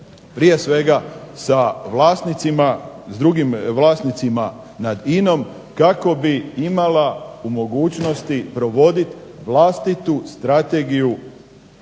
vlasnicima, s drugim vlasnicima nad INA-om kako bi imala u mogućnosti provoditi vlastitu strategiju